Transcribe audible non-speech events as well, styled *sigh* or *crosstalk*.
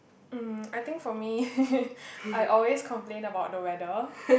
um I think for me *laughs* I always complain about the weather